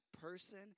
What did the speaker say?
person